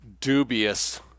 dubious